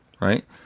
right